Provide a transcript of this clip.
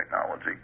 technology